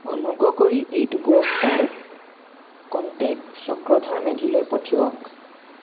অনুগ্ৰহ কৰি এইটো পুৰস্কাৰ কণ্টেক্ট চক্ৰধৰ মেধিলৈ পঠিৱাওক